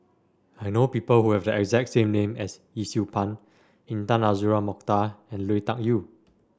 I know people who have the exact name as Yee Siew Pun Intan Azura Mokhtar and Lui Tuck Yew